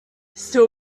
still